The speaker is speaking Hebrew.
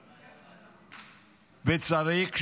וצריך,